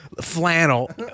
flannel